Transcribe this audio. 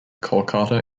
kolkata